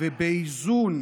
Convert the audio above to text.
ובאיזון